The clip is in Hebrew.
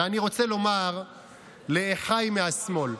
ואני רוצה לומר לאחיי מהשמאל,